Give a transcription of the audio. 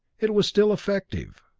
it was still effective.